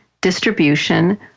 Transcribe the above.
distribution